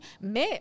Mais